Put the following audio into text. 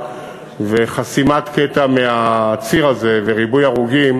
וחסימת קטע מהציר הזה וריבוי הרוגים,